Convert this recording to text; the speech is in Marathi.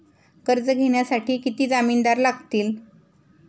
कर्ज घेण्यासाठी किती जामिनदार लागतील?